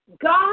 God